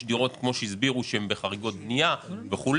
יש דירות כמו שהסבירו שהן בחריגות בנייה וכולי,